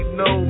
no